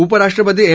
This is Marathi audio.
उपराष्ट्रपती एम